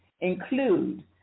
include